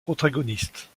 protagonistes